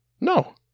no